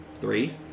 three